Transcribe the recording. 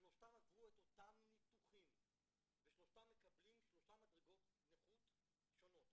שלושתם עברו את אותם ניתוחים ושלושתם מקבלים שלוש מדרגות נכות שונות,